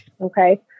Okay